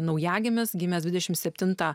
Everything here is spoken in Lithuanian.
naujagimis gimęs dvidešimt septintą